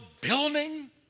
building